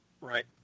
Right